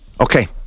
okay